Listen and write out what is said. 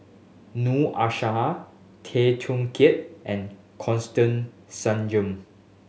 Noor Aishah Tay Teow Kiat and Constance Singam